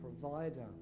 provider